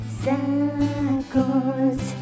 circles